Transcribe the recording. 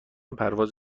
پرواز